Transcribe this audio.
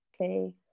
okay